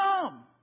come